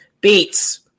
Beats